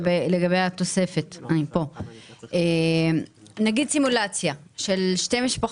חשוב לנו שבמקרים האלה תגיד האם האישה שמרוויחה